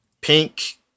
pink